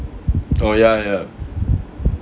oh ya ya